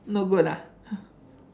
no good ah